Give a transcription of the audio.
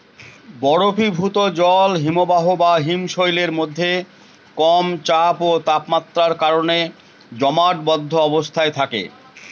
বরফীভূত জল হিমবাহ বা হিমশৈলের মধ্যে কম চাপ ও তাপমাত্রার কারণে জমাটবদ্ধ অবস্থায় থাকে